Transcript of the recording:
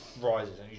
rises